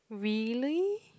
really